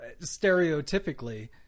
stereotypically